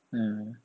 mm